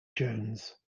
jones